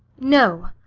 no.